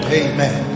amen